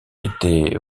était